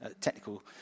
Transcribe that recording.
technical